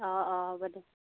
অঁ অঁ হ'ব দে